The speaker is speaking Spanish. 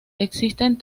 existen